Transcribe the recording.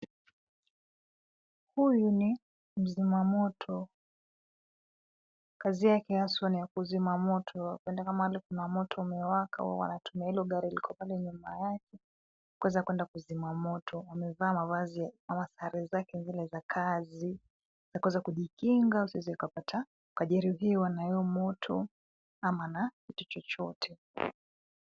Huyu ni mzimamoto, kazi yake haswa ni ya kuzima moto. Wapendeka mahali kuna moto umewaka, huwa wanatumia hilo gari liko pale nyuma yake kuweza kuenda kuzima moto. Wamevaa mavazi ama sare zake zile za kazi za kuweza kujikinga, usiweze ukapata kajeruhiwa na hiyo moto ama na kitu chochote.